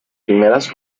primeras